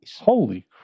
Holy